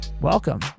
Welcome